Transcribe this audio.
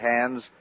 hands